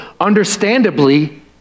understandably